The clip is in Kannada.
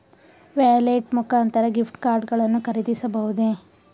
ವ್ಯಾಲೆಟ್ ಮುಖಾಂತರ ಗಿಫ್ಟ್ ಕಾರ್ಡ್ ಗಳನ್ನು ಖರೀದಿಸಬಹುದೇ?